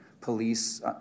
police